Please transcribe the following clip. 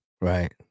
Right